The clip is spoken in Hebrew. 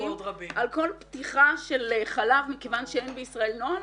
על כל פתיחה של חלב מכיוון שאין בישראל נוהל,